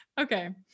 Okay